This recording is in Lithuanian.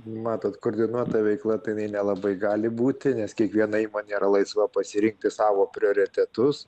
matot koordinuota veikla tai jinai nelabai gali būti nes kiekviena įmonė yra laisva pasirinkti savo prioritetus